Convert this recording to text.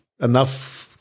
enough